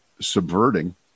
subverting